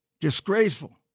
Disgraceful